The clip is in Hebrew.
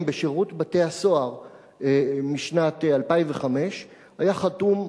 בשירות בתי-הסוהר משנת 2005 היה חתום,